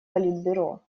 политбюро